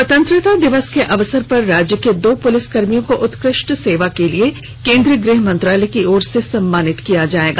स्वतंत्रता दिवस के अवसर पर राज्य के दो पुलिस कर्मियों को उत्कृष्ट सेवा के लिए केंद्रीय गृह मंत्रालय की ओर से सम्मानित किया जायेगा